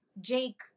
Jake